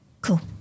Cool